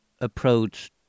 approach